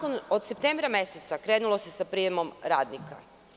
Od septembra meseca krenulo se sa prijemom radnika.